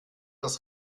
das